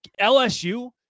LSU